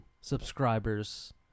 Subscribers